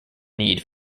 need